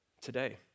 today